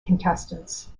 contestants